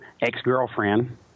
ex-girlfriend